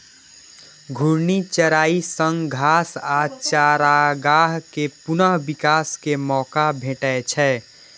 घूर्णी चराइ सं घास आ चारागाह कें पुनः विकास के मौका भेटै छै